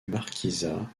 marquisat